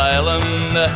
Island